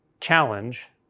challenge